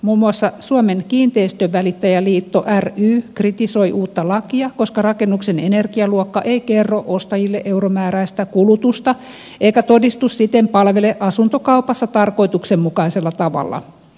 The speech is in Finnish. muun muassa suomen kiinteistönvälittäjäliitto ry kritisoi uutta lakia koska rakennuksen energialuokka ei kerro ostajille euromääräistä kulutusta eikä todistus siten palvele asuntokaupassa tarkoituksenmukaisella tavalla